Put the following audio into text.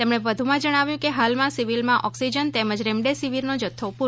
તેમણે વધુમા જણાવ્યું કે હાલમા સિવીલમા ઓકિસજન તેમજ રેમડેસિવીરનો જથ્થો પુરતો છે